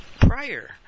prior